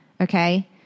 Okay